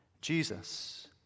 Jesus